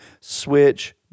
switch